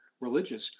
religious